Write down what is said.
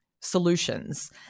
solutions